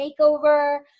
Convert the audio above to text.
Makeover